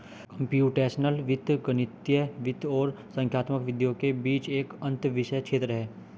computational वित्त गणितीय वित्त और संख्यात्मक विधियों के बीच एक अंतःविषय क्षेत्र है